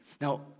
Now